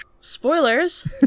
Spoilers